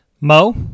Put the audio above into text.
Mo